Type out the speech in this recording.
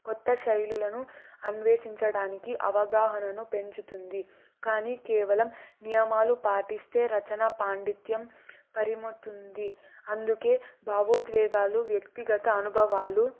కొత్త శైలులను అన్వేషించడానికి అవగాహనను పెంచుతుంది కానీ కేవలం నియమాలు పాటిస్తే రచన పాండిత్యం పరిమతుంది అందుకే భావోద్వేగాలు వ్యక్తిగత అనుభవాలు